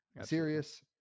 serious